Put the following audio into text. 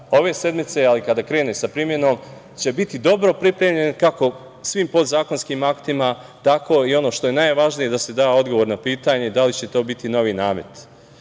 ove sedmice, ali kada krene sa primenom će biti dobro pripremljen kako svim podzakonskim aktima, tako i, ono što je najvažnije, da se da odgovor na pitanje da li će to biti novi namet